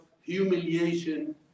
humiliation